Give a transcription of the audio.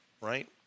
right